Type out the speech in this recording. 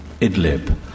Idlib